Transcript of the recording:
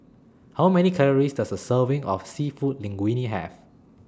How Many Calories Does A Serving of Seafood Linguine Have